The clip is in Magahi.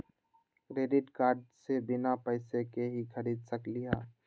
क्रेडिट कार्ड से बिना पैसे के ही खरीद सकली ह?